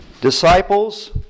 disciples